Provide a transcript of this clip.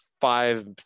five